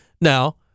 Now